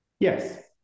Yes